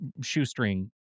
shoestring